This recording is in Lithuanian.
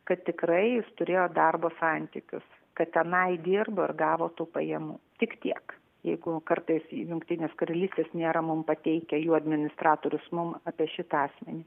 kad tikrai jis turėjo darbo santykius kad tenai dirbo ir gavo tų pajamų tik tiek jeigu kartais jungtinės karalystės nėra mum pateikę jų administratorius mum apie šitą asmenį